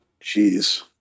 Jeez